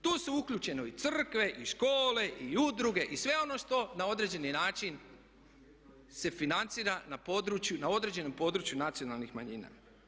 Tu su uključene i crkve i škole i udruge i sve ono što na određeni način se financira na području, na određenom području nacionalnih manjina.